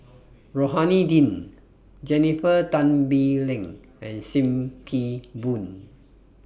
Rohani Din Jennifer Tan Bee Leng and SIM Kee Boon